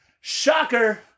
shocker